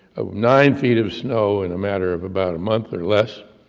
nine feet of snow, in a matter of about a month or less,